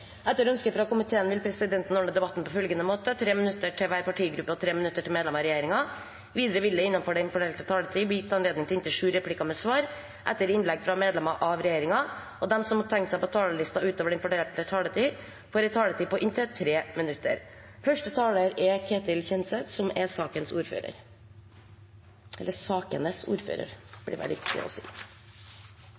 Etter ønske fra energi- og miljøkomiteen vil presidenten ordne debatten slik: 3 minutter til hver partigruppe og 3 minutter til medlemmer av regjeringen. Videre vil det – innenfor den fordelte taletid – bli gitt anledning til inntil sju replikker med svar etter innlegg fra medlemmer av regjeringen, og de som måtte tegne seg på talerlisten utover den fordelte taletid, får en taletid på inntil 3 minutter. Kraftmarkedet ble deregulert tidlig på 1990-tallet. Det norske kraftmarkedet er